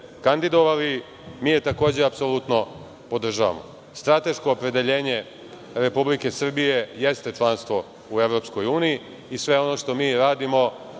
kandidovali, mi je takođe apsolutno podržavamo. Strateško opredeljenje Republike Srbije jeste članstvo u EU i sve ono što mi radimo,